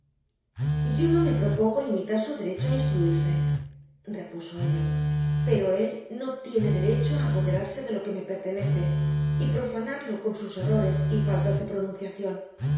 yo no me propongo limitar su derecho a instruirse repuso ella pero él no tiene derecho a apoderarse de lo que me pertenece y profanarlo con sus errores y faltas de pronunciación